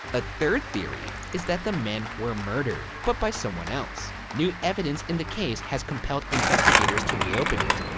a third theory is that the men were murdered, but by someone else. new evidence in the case has compelled investigators to reopen it.